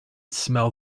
smell